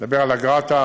אני מדבר על אגרת הרישוי,